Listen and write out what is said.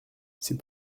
c’est